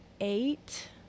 eight